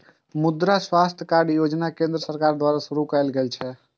मुद्रा स्वास्थ्य कार्ड योजना केंद्र सरकार द्वारा शुरू कैल गेल छै